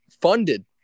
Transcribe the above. funded